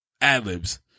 ad-libs